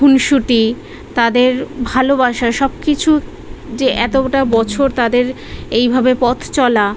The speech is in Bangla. খুনসুটি তাদের ভালোবাসা সব কিছু যে এতোটা বছর তাদের এইভাবে পথ চলা